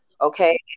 Okay